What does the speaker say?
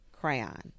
Crayon